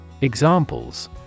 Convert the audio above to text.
Examples